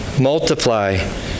multiply